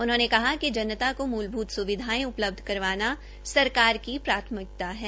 उन्होंने कहा कि जनता सरकार की मूलभूत स्विधायें उपलब्ध करवाना सरकार की प्राथमिकता है